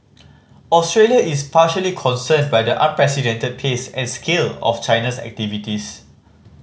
Australia is particularly concerned by the unprecedented pace and scale of China's activities